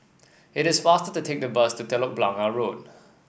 it is faster to take the bus to Telok Blangah Road